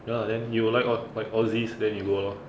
ya lah then you will like all like aussies then you go lor